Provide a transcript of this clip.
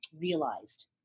realized